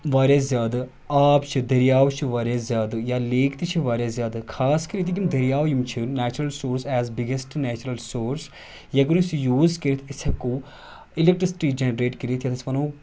واریاہ زیادٕ آب چھِ دٔریاو چھِ واریاہ زیادٕ یا لیک تہِ چھِ واریاہ زیادٕ خاص کر ییٚتِکۍ یِم دٔریاو یِم چھِ natural resources is biggest natural resource یہِ اگر اَسہِ یوٗز کٔرِتھ أسۍ ہٮ۪کو اِلیکٹرسِٹی جنریٹ کٔرِتھ یَتھ أسۍ وَنو